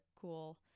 cool